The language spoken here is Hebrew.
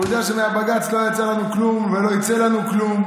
הוא ידע שמהבג"ץ לא יצא לנו כלום וגם לא יצא לנו כלום.